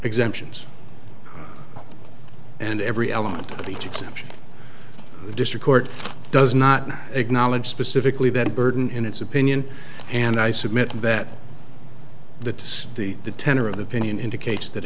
exemptions and every element of each exception the district court does not acknowledge specifically that burden in its opinion and i submit that the the the tenor of the opinion indicates that